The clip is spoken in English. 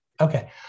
okay